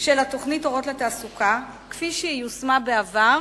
של התוכנית "אורות לתעסוקה", כפי שיושמה בעבר